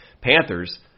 Panthers